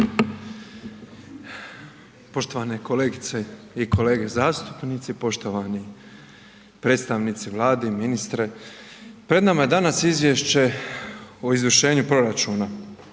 Poštovane kolegice i kolege zastupnici, poštovani predstavnici Vlade i ministre. Pred nama je danas Izvješće o izvršenju proračuna.